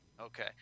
Okay